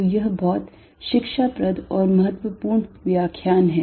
तो यह बहुत शिक्षाप्रद और महत्वपूर्ण व्याख्यान है